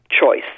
choice